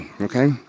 okay